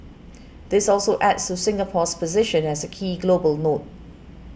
this also adds to Singapore's position as a key global node